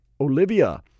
Olivia